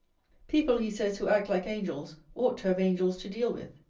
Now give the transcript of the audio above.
people, he says, who act like angels, ought to have angels to deal with.